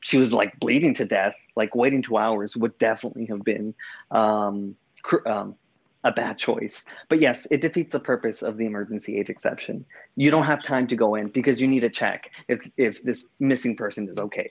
she was like bleeding to death like waiting two hours would definitely have been a bad choice but yes it defeats the purpose of the emergency exception you don't have time to go in because you need to check if this missing person is ok